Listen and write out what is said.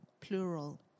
Plural